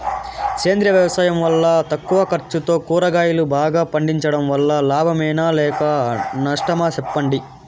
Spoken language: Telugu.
సేంద్రియ వ్యవసాయం వల్ల తక్కువ ఖర్చుతో కూరగాయలు బాగా పండించడం వల్ల లాభమేనా లేక నష్టమా సెప్పండి